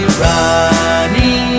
Running